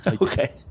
Okay